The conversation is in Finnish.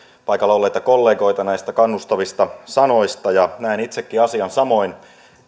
paikalla olleita kollegoita näistä kannustavista sanoista ja näen itsekin asian samoin